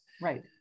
Right